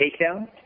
takedown